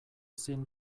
ezin